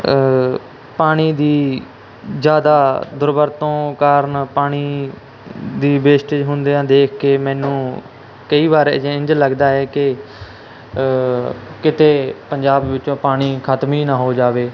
ਪਾਣੀ ਦੀ ਜ਼ਿਆਦਾ ਦੁਰਵਰਤੋਂ ਕਾਰਨ ਪਾਣੀ ਦੀ ਬੇਸਟੇਜ ਹੁੰਦਿਆਂ ਦੇਖ ਕੇ ਮੈਨੂੰ ਕਈ ਵਾਰ ਇੰਝ ਲੱਗਦਾ ਹੈ ਕਿ ਕਿਤੇ ਪੰਜਾਬ ਵਿੱਚੋਂ ਪਾਣੀ ਖ਼ਤਮ ਹੀ ਨਾ ਹੋ ਜਾਵੇ